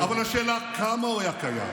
אבל השאלה היא כמה הוא היה קיים,